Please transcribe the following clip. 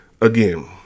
Again